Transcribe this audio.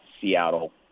Seattle